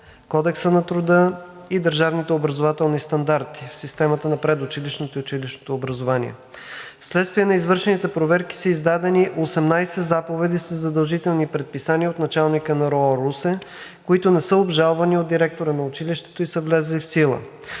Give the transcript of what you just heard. Кодекса на труда и държавните образователни стандарти в системата на предучилищното и училищното образование. Вследствие на извършените проверки са издадени 18 заповеди със задължителни предписания от началника на РУО – Русе, които не са обжалвани от директора на училището и са влезли в сила.